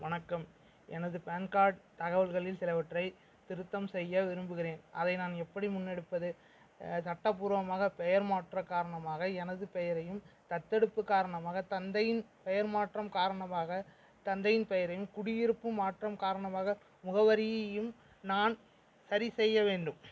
வணக்கம் எனது PAN card தகவல்களில் சிலவற்றை திருத்தம் செய்ய விரும்புகிறேன் அதை நான் எப்படி முன்னெடுப்பது சட்டப்பூர்வமாக பெயர் மாற்ற காரணமாக எனது பெயரையும் தத்தெடுப்பு காரணமாக தந்தையின் பெயர் மாற்றம் காரணமாக தந்தையின் பெயரையும் குடியிருப்பு மாற்றம் காரணமாக முகவரியும் நான் சரிசெய்ய வேண்டும்